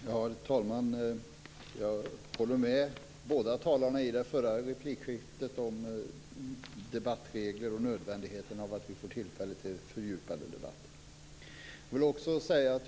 Herr talman! Jag håller med båda talarna i det förra replikskiftet om det som sades om debattregler och om nödvändigheten av att vi får tillfälle till fördjupade debatter.